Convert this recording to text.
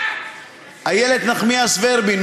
איילת נחמיאס ורבין,